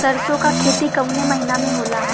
सरसों का खेती कवने महीना में होला?